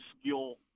skill